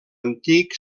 antic